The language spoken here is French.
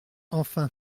enfin